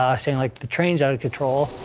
um saying like, the train's out of control.